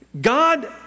God